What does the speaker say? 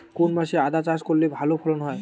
কোন মাসে আদা চাষ করলে ভালো ফলন হয়?